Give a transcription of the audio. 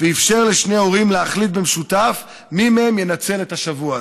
ואפשר לשני ההורים להחליט במשותף מי מהם ינצל את השבוע הזה.